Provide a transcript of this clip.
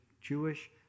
Jewish